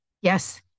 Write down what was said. Yes